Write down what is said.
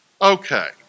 Okay